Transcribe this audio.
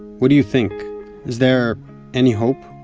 what do you think? is there any hope?